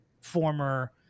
former